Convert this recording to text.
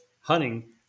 hunting